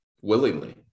willingly